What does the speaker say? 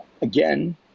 again